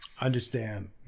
understand